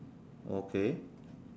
okay